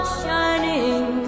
shining